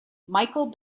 michael